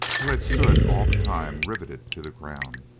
who had stood all the time rivetted to the ground,